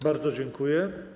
Bardzo dziękuję.